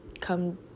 come